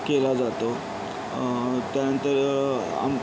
केला जातो त्यानंतर अंब्